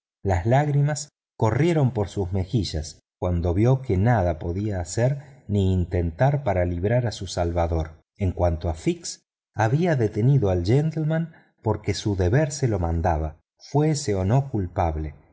las lágrimas corrieron por sus mejillas cuando vio que nada podía hacer ni intentar para librar a su salvador en cuanto a fix había detenido a un gentelman porque su deber se lo mandaba fuese o no culpable